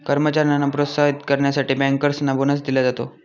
कर्मचाऱ्यांना प्रोत्साहित करण्यासाठी बँकर्सना बोनस दिला जातो